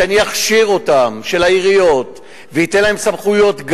שאני אכשיר ואתן להם סמכויות,